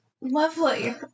Lovely